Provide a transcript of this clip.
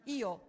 io